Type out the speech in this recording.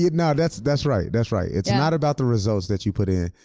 you know that's that's right, that's right. it's not about the results that you put in.